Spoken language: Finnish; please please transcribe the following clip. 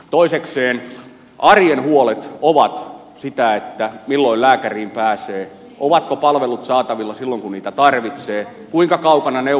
toisekseen arjen huolet ovat sitä milloin lääkäriin pääsee ovatko palvelut saatavilla silloin kun niitä tarvitsee kuinka kaukana neuvolapalvelut ovat